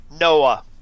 Noah